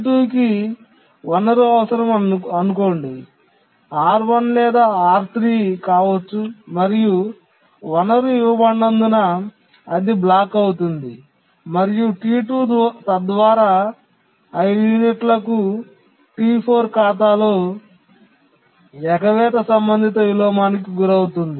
T2 కి వనరు అవసరమని అనుకోండి R1 లేదా R3 కావచ్చు మరియు వనరు ఇవ్వబడనందున అది బ్లాక్ అవుతుంది మరియు T2 తద్వారా 5 యూనిట్లకు T4 ఖాతాలో ఎగవేత సంబంధిత విలోమానికి గురవుతుంది